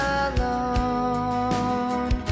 alone